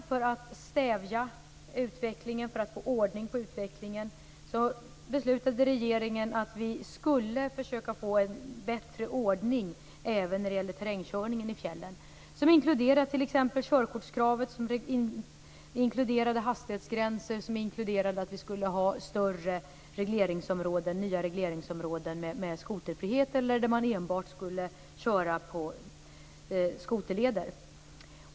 För att stävja och för att få ordning på utvecklingen beslutade därför regeringen att vi skulle försöka få en bättre ordning även när det gäller terrängkörning i fjällen som inkluderar t.ex. körkortskravet, hastighetsgränser och möjligheter till nya större regleringsområden med skoterfrihet eller där man enbart skulle köra på skoterleder.